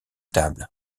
table